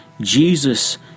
Jesus